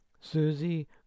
Susie